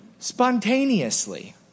spontaneously